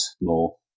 more